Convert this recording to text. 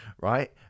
right